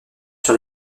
sur